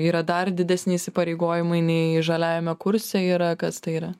yra dar didesni įsipareigojimai nei žaliajame kurse yra kas tai yra